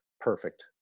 perfect